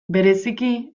bereziki